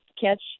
catch